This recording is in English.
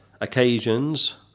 occasions